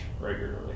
regularly